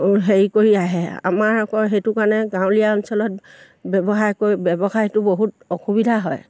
হেৰি কৰি আহে আমাৰ আকৌ সেইটো কাৰণে গাঁৱলীয়া অঞ্চলত ব্যৱসায় কৰি ব্যৱসায়টো বহুত অসুবিধা হয়